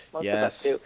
Yes